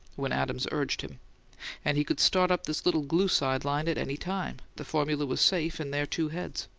when adams urged him and he could start up this little glue side-line at any time the formula was safe in their two heads.